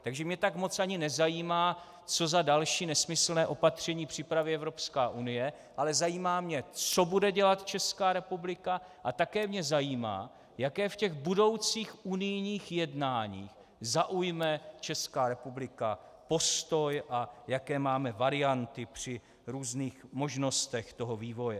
Takže mě tak moc ani nezajímá, co za další nesmyslné opatření připraví Evropská unie, ale zajímá mě, co bude dělat Česká republika, a také mě zajímá, jaké v těch budoucích unijních jednáních zaujme Česká republika postoj a jaké máme varianty při různých možnostech toho vývoje.